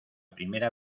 primera